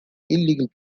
illegal